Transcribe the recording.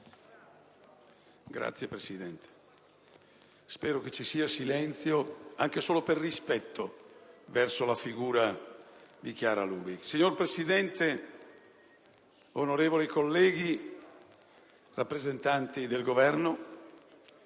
Signor Presente, spero che ci sia silenzio anche solo per rispetto verso la figura di Chiara Lubich. Signor Presidente, onorevoli colleghi, rappresentanti del Governo,